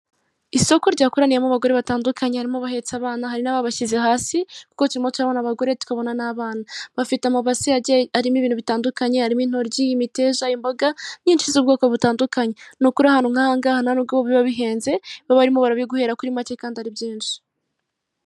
Isoko ryakoraniyemo abagore batandukanye. Harimo abahetse abana hari n'ababashyize hasi, kuko turimo turabona abagore tukanabona n'abana. Bafite amabase agiye arimo ibintu bitanduknaye harimo intoryi, imiteja, imboga nyinshi z'ubwoko butandukanye. Ni ukuri ahantu nk'aha ngaha nta n'ubwo biba bihenze, baba barimo barabiguhera kuri macye kandi ari byinshi.